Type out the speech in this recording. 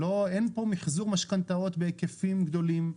אין פה מחזור משכנתאות בהיקפים גדולים,